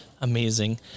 Amazing